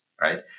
right